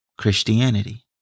Christianity